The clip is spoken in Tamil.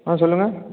ஆ சொல்லுங்க